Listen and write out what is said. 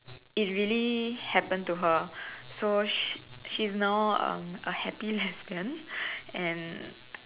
it really happened to her so she she's now um a happy lesbian and